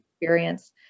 experience